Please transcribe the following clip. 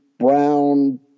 Brown